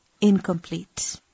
incomplete